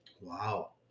Wow